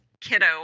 kiddo